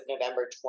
November